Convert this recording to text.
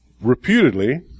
Reputedly